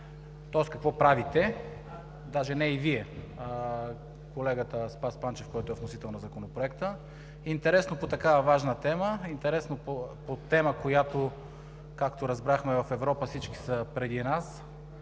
тоест какво правите, даже не и Вие, а колегата Спас Панчев, който е вносител на Законопроекта. Интересно по такава важна тема, по която, както разбрахме, в Европа всички са преди нас